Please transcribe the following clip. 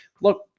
Look